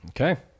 Okay